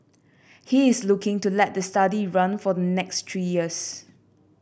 he is looking to let the study run for the next three years